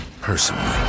personally